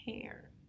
hair